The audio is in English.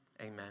Amen